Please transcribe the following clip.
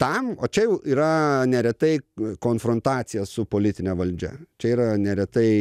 tam o čia jau yra neretai konfrontacija su politine valdžia čia yra neretai